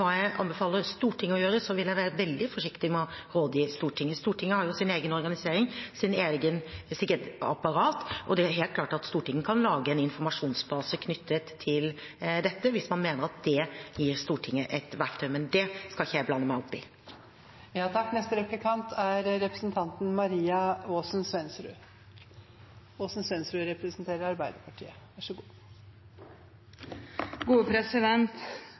jeg anbefaler Stortinget å gjøre. Jeg vil være veldig forsiktig med å rådgi Stortinget. Stortinget har jo sin egen organisering, sitt eget apparat, og det er helt klart at Stortinget kan lage en informasjonsbase knyttet til dette hvis man mener at det gir Stortinget et verktøy. Men det skal ikke jeg blande meg opp